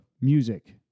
Music